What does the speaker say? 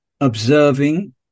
observing